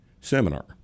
seminar